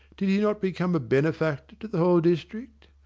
did he not become a benefactor to the whole district?